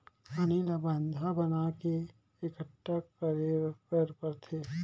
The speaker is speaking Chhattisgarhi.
पानी ल बांधा बना के एकटठा करे बर परथे